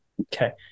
Okay